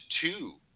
two